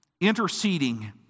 interceding